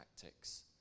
tactics